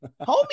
homie